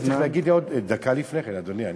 היית צריך להגיד לי דקה לפני כן, אדוני.